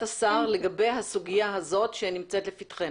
השר לגבי הסוגיה הזאת שנמצאת לפתחנו?